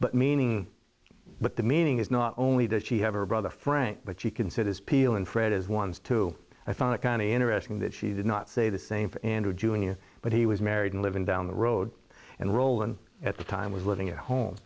but meaning but the meaning is not only does she have her brother frank but she considers peel and fred as ones too i find it kind of interesting that she did not say the same for andrew jr but he was married and living down the road and roland at the time was living at home